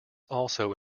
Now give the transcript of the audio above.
also